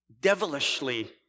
devilishly